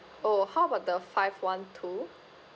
oh how about the five one two